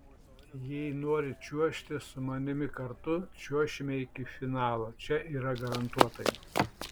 jei nori čiuožti su manimi kartu čiuošime iki finalo čia yra garantuotai